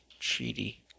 Treaty